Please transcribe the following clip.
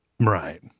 Right